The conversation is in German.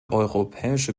europäische